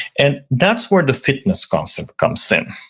and that's where the fitness comes so comes in.